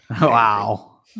Wow